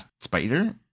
spider